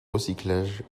recyclage